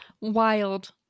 Wild